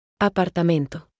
Apartamento